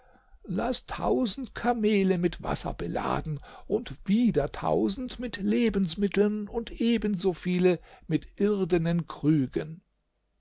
laßt tausend kamele mit wasser beladen und wieder tausend mit lebensmitteln und ebenso viele mit irdenen krügen